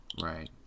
Right